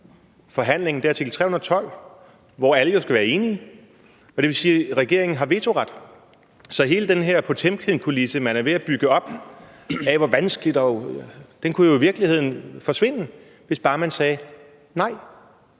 forhandling er artikel 312, hvor alle jo skal være enige, hvilket vil sige, at regeringen har vetoret? Så hele den her potemkinkulisse, man er ved at bygge op, med hensyn til hvor vanskeligt det er, kunne jo i virkeligheden forsvinde, hvis bare man sagde: Nej,